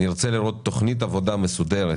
נרצה לראות תוכנית עבודה מסודרת